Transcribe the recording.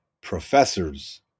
professors